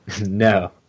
No